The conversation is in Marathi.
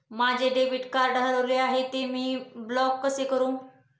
माझे डेबिट कार्ड हरविले आहे, ते मी ब्लॉक कसे करु?